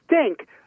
stink